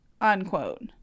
unquote